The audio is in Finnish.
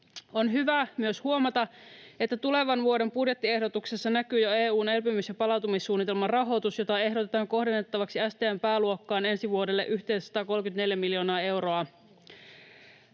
On hyvä myös huomata, että tulevan vuoden budjettiehdotuksessa näkyy jo EU:n elpymis- ja palautumissuunnitelman rahoitus, jota ehdotetaan kohdennettavaksi STM:n pääluokkaan ensi vuodelle yhteensä 134 miljoonaa euroa.